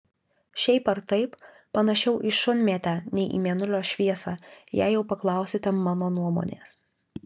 šiaip ar taip panašiau į šunmėtę nei į mėnulio šviesą jei jau paklausite mano nuomonės